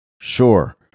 sure